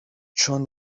چون